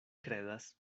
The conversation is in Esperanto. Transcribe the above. kredas